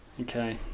Okay